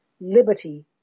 liberty